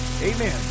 Amen